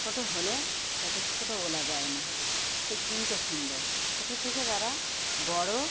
ছোটো হলে তাকে ছোটো বলা যায় না সে কিন্তু সুন্দর ছোটো থেকে তারা বড়ো